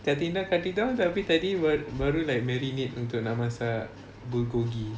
cutting down cutting down tapi tadi baru nak marinate untuk nak masak bulgogi